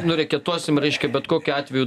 nureketuosim reiškia bet kokiu atveju